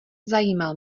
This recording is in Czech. zajímal